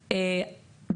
והמשנה בתעשייה האווירית,